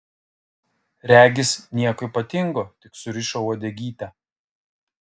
regis nieko ypatingo tik surišo uodegytę